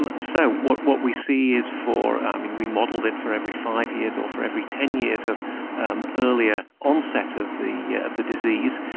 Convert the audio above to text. um so what what we see is for, we modelled it for every five years or for every ten years of um earlier onset of the of the disease,